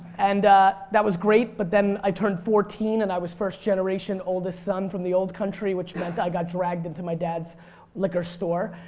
and that was great but then i turned fourteen and i was first-generation oldest son from the old country which meant i got put dragged into my dad's liquor store.